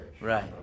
right